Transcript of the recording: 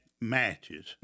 matches